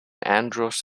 andros